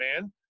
man